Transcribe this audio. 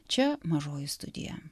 čia mažoji studija